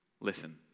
Listen